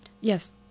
Yes